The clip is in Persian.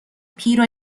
پیر